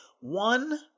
One